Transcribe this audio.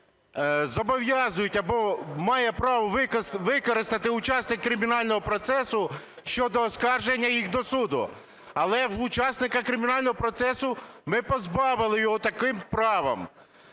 зобов'язують або має право використати учасник кримінального процесу щодо оскарження їх до суду. Але учасника кримінального процесу ми позбавили його такого права.